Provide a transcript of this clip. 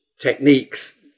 techniques